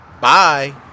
Bye